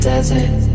Desert